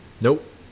Nope